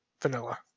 vanilla